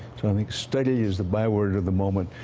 and like steady is the by word of the moment.